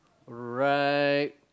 right